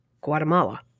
Guatemala